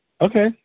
Okay